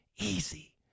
easy